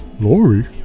Lori